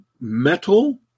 metal